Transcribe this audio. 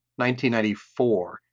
1994